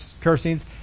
cursings